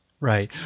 Right